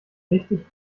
richtig